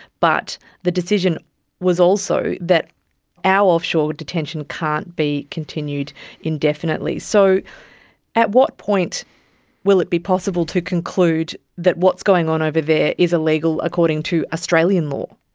but the decision was also that our offshore detention can't be continued indefinitely. so at what point will it be possible to conclude that what's going on over there is illegal according to australian law?